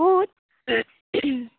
সুধ